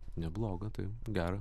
neblogą taip gerą